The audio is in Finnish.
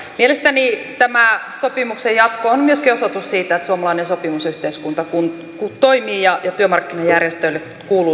mielestäni tämä sopimuksen jatko on myöskin osoitus siitä että suomalainen sopimusyhteiskunta toimii ja työmarkkinajärjestöille kuuluu siitä kiitos